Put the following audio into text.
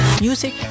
Music